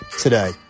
today